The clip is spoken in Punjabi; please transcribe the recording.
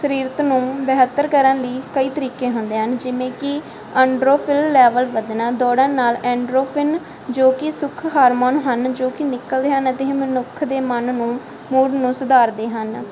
ਸਰੀਰ ਨੂੰ ਬਿਹਤਰ ਕਰਨ ਲਈ ਕਈ ਤਰੀਕੇ ਹੁੰਦੇ ਹਨ ਜਿਵੇਂ ਕਿ ਅੰਡਰਰੋਫਿਲ ਲੈਵਲ ਵਧਣਾ ਦੌੜਨ ਨਾਲ ਐਂਡਰੋਫਿਨ ਜੋ ਕਿ ਸੁੱਖ ਹਾਰਮੋਨ ਹਨ ਜੋ ਕਿ ਨਿਕਲਦੇ ਹਨ ਅਤੇ ਇਹ ਮਨੁੱਖ ਦੇ ਮਨ ਨੂੰ ਮੂਲ ਨੂੰ ਸੁਧਾਰਦੇ ਹਨ